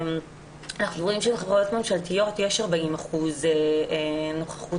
אנחנו רואים שבחברות ממשלתיות יש 40% נוכחות